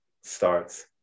starts